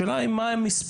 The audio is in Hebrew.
השאלה היא מה המספרים.